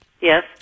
Yes